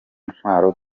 ntwaro